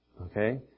okay